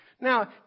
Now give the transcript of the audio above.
Now